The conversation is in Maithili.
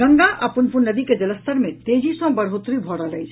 गंगा आ पुनपुन नदी के जलस्तर मे तेजी सँ बढ़ोतरी भऽ रहल अछि